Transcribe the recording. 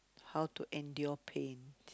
how to endure pain